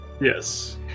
yes